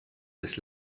des